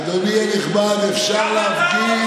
אדוני הנכבד, אפשר להפגין,